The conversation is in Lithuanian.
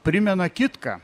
primena kitką